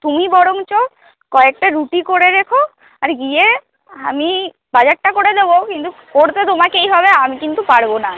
তুমি বরঞ্চ কয়েকটা রুটি করে রেখ আর গিয়ে আমি বাজারটা করে দেব কিন্তু করতে তোমাকেই হবে আমি কিন্তু পারব না